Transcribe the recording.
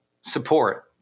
support